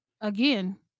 again